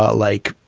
ah like,